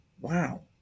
Wow